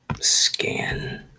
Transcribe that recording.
Scan